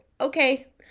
okay